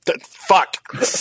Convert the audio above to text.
Fuck